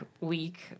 week